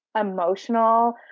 emotional